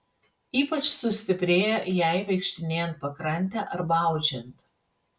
ypač sustiprėja jai vaikštinėjant pakrante arba audžiant